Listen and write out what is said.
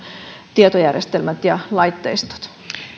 tietojärjestelmät ja laitteistot